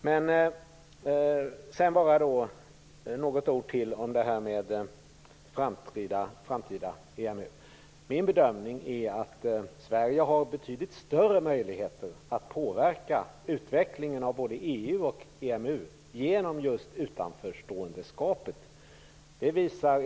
Sedan vill jag bara säga något ord till om det framtida EMU. Min bedömning är att Sverige har betydligt större möjligheter att påverka utvecklingen av både EU och EMU genom just utanförståendeskapet.